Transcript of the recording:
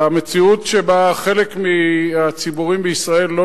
והמציאות שבה חלק מהציבורים בישראל לא